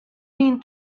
mean